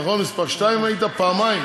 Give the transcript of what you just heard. נכון, מספר שתיים היית פעמיים.